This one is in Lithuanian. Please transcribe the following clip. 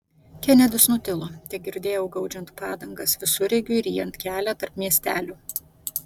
kenedis nutilo tegirdėjau gaudžiant padangas visureigiui ryjant kelią tarp miestelių